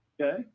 Okay